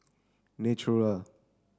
Naturel